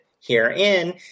herein